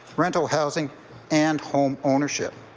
rental housing and home ownership.